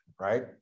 Right